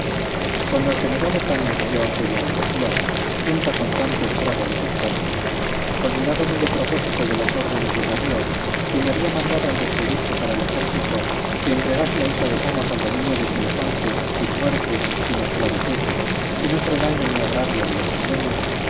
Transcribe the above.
cuando el general otanes vio aquella alevosía junta con tanto estrago de sus persas olvidado muy de propósito de las órdenes de darío quien le había mandado al despedirse para el ejército que entregase la isla de samos al dominio de silosonte sin muertes sin esclavitud sin otro daño ni agravio de los isleños